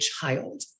child